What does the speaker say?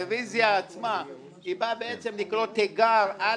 הרביזיה עצמה באה בעצם לקרוא תיגר על